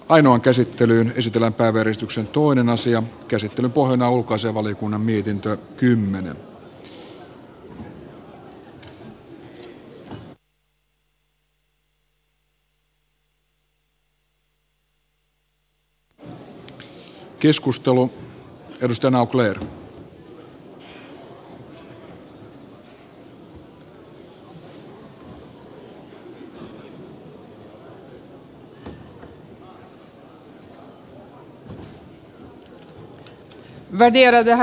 osse betecknas som en regional organisation men regionen är vidsträckt den är transatlantisk